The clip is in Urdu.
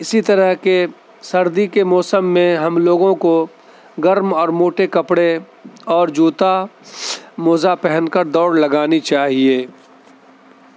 اسی طرح کے سردی کے موسم میں ہم لوگوں کو گرم اور موٹے کپڑے اور جوتا موزہ پہن کر دوڑ لگانی چاہیے